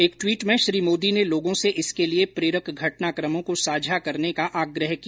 एक ट्वीट में श्री मोदी ने लोगों से इसके लिए प्रेरक घटनाक़मों को साझा करने का आग्रह किया